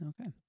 Okay